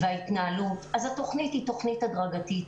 התוכנית היא הדרגתית.